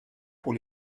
pour